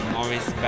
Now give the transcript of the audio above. Morris